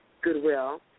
goodwill